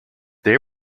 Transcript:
they